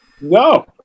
No